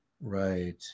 right